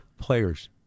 players